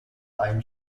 einen